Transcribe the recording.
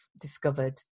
discovered